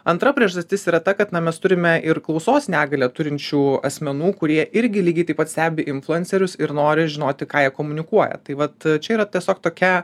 antra priežastis yra ta kad na mes turime ir klausos negalią turinčių asmenų kurie irgi lygiai taip pat stebi influencerius ir nori žinoti ką jie komunikuoja tai vat čia yra tiesiog tokia